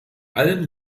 allen